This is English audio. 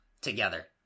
together